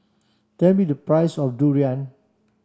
tell me the price of durian